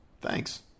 Thanks